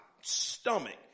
stomach